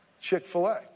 Chick-fil-A